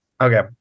Okay